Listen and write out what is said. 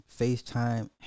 FaceTime